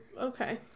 okay